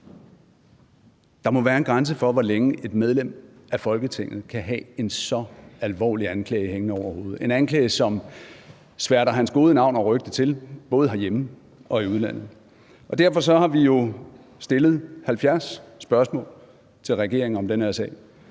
Der må være en grænse for, hvor længe et medlem af Folketinget kan have en så alvorlig anklage hængende over hovedet – en anklage, som sværter hans gode navn og rygte til både herhjemme og i udlandet. Derfor har vi jo stillet 70 spørgsmål til regeringen om den her sag.